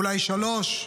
אולי שלוש?